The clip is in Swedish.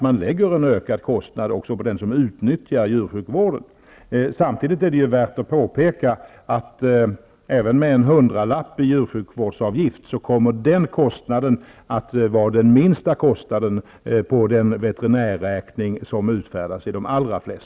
Jag har fått acceptera det förhållandet. Samtidigt är det värt att påpeka att även med en hundralapp i djursjukvårdsavgift kommer den kostnaden i de allra flesta fall att vara den minsta posten på den veterinärräkning som utfärdas.